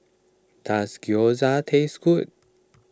does Gyoza taste good